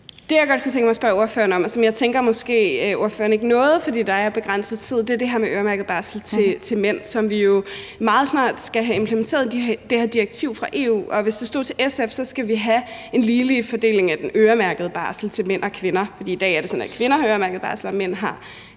Det, jeg godt kunne tænke mig spørge ordføreren om, og som jeg tænker ordføreren måske ikke nåede, fordi der er begrænset tid, er det her med øremærket barsel til mænd, hvor vi jo meget snart skal have implementeret det her direktiv fra EU. Hvis det stod til SF, skal vi have en ligelig fordeling af den øremærkede barsel mellem mænd og kvinder. I dag er det sådan, at kvinder har øremærket barsel. Mænd har